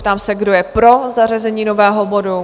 Ptám se, kdo je pro zařazení nového bodu?